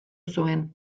zuen